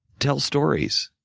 tell stories.